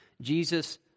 jesus